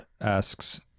asks